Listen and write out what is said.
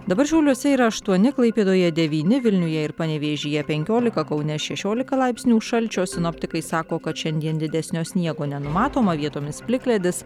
dabar šiauliuose yra aštuoni klaipėdoje devyni vilniuje ir panevėžyje penkiolika kaune šešiolika laipsnių šalčio sinoptikai sako kad šiandien didesnio sniego nenumatoma vietomis plikledis